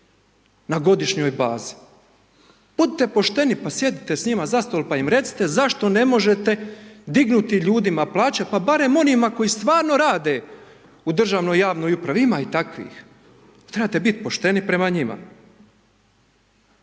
na godišnjoj bazi. Budite pošteni, pa sjedite s njima za stol, pa im recite zašto ne možete dignuti ljudima plaće, pa barem onima koji stvarno rade u državnoj i javnoj upravi, ima i takvih, trebate biti pošteni prema njima.